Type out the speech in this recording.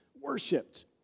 worshipped